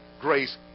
grace